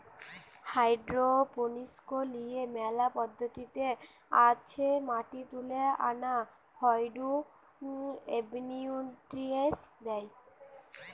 hydroponics লিগে মেলা পদ্ধতি আছে মাটি তুলে আনা হয়ঢু এবনিউট্রিয়েন্টস দেয়